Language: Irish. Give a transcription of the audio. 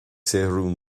saothrú